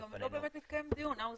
גם לא באמת מתקיים דיון, האוזר.